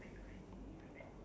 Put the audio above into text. everything